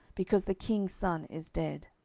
because the king's son is dead.